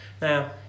Now